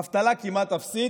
אבטלה כמעט אפסית,